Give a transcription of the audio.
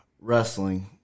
wrestling